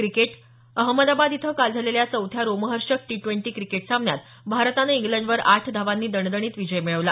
cricket Ahmedabad इथं काल झालेल्या चौथ्या रोमहर्षक टी ड्वेंटी क्रिकेट सामन्यात भारतानं इंग्लंडवर आठ धावांनी दणदणीत विजय मिळवला